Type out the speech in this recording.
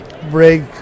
break